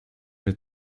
mir